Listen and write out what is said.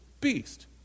beast